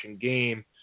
game